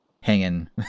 hanging